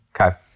Okay